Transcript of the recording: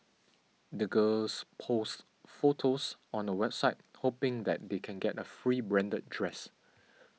the girls posts photos on a website hoping that they can get a free branded dress